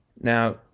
Now